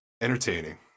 entertaining